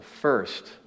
first